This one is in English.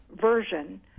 version